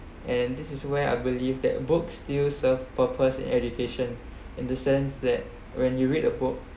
and this is where I believe that books still serve purpose education in the sense that when you read a book